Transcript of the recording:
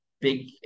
big